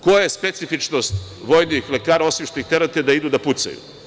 Koja je specifičnost vojnih lekara, osim što ih terate da idu da pucaju?